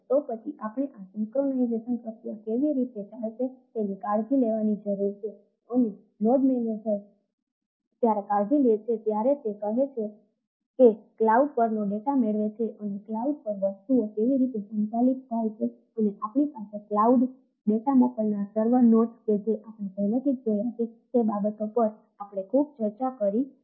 તો પછી આપણે આ સીનક્રોનાજેશન કે જે આપણે પહેલાથી જ જોયા છે તે બાબતો પર આપણે ખૂબ ચર્ચા કરી છે